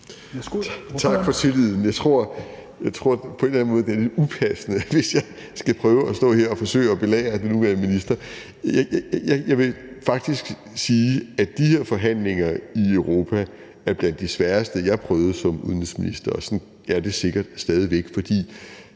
Tak for tilliden. Jeg tror på en eller anden måde, det er lidt upassende, hvis jeg skal stå her og forsøge at belære den nuværende minister. Jeg vil faktisk sige, at de her forhandlinger i Europa er blandt de sværeste, jeg har prøvet som udenrigsminister, og sådan er det sikkert stadig væk. For